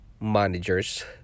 managers